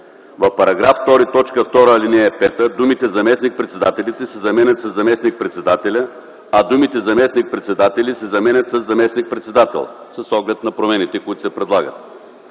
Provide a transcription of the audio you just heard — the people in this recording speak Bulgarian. § 2, т. 2, ал. 5 думите „заместник-председателите” се заменят със „заместник-председателя”, а думите „заместник-председатели” се заменят със „заместник-председател” с оглед на промените, които се предлагат.